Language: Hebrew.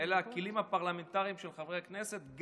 אלה הכלים הפרלמנטריים של חברי הכנסת,